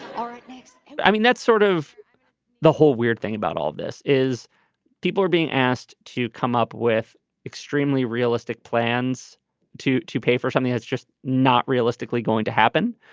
all right but i mean that's sort of the whole weird thing about all of this is people are being asked to come up with extremely realistic plans to to pay for something that's just not realistically going to happen.